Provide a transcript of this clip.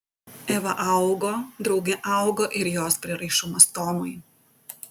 eva augo drauge augo ir jos prieraišumas tomui